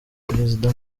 perezida